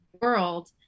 world